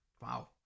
Wow